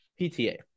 PTA